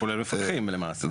כולל מפקחים, למעשה.